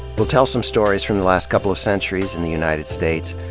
we'll tell some stories from the last couple of centuries in the united states,